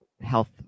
Health